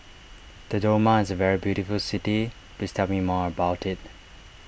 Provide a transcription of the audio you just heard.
Dodoma is a very beautiful city please tell me more about it